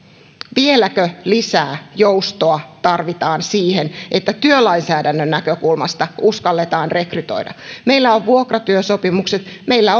vieläkö lisää joustoa tarvitaan siihen että työlainsäädännön näkökulmasta uskalletaan rekrytoida meillä on vuokratyösopimukset meillä